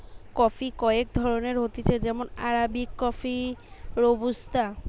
coffee কয়েক ধরণের হতিছে যেমন আরাবিকা কফি, রোবুস্তা